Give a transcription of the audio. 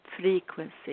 frequency